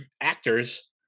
actors